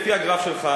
לפי הגרף שלך,